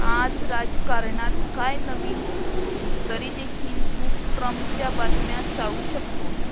आज राजकारणात काय नवीन तरीदेखील तू ट्रम्पच्या बातम्या चाळू शकतोस